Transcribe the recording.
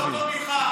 ולא פחות טוב ממך,